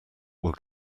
will